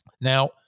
Now